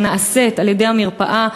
שנעשית על-ידי המרפאה.